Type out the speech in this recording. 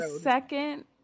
second